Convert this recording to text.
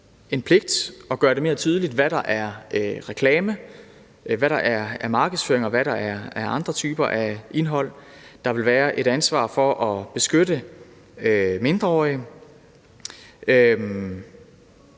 en pligt at gøre det mere tydeligt, hvad der er reklame, hvad der er markedsføring, og hvad der er andre typer af indhold. Der vil være et ansvar for at beskytte mindreårige.